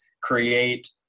create